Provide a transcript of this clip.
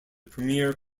premier